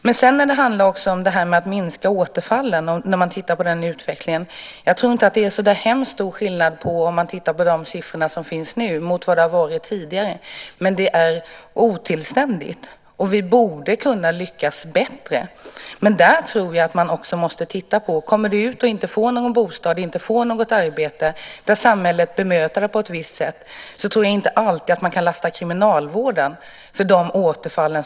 När det sedan handlar om att minska återfallen tror jag inte att det är så där hemskt stor skillnad på siffrorna nu och tidigare, men det är ändå otillständigt. Vi borde kunna lyckas bättre. När de intagna kommer ut och inte får någon bostad eller något arbete och samhället bemöter dem på ett visst sätt tycker jag inte att kriminalvården ska lastas för att de återfaller.